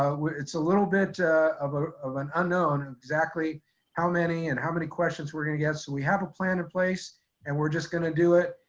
ah it's a little bit of ah of an unknown exactly how many and how many questions we're gonna get. so we have a plan in place and we're just gonna do it,